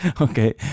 Okay